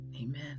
Amen